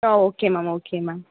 ah okay ma'am okay ma'am